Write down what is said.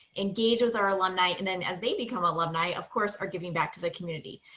engage with our alumni. and then as they become alumni, of course are giving back to the community.